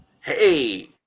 hey